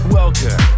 welcome